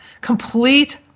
complete